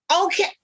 okay